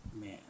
man